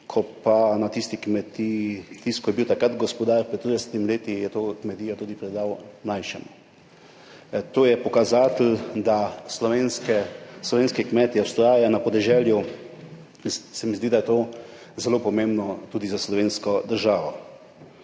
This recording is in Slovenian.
ko pa na tisti kmetiji tisti, ki je bil takrat gospodar, pred desetimi leti, je to kmetijo tudi predal mlajšemu, to je pokazatelj, da slovenske kmetje vztrajajo na podeželju, se mi zdi, da je to zelo pomembno tudi za slovensko državo.